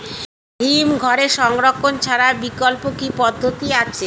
হিমঘরে সংরক্ষণ ছাড়া বিকল্প কি পদ্ধতি আছে?